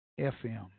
FM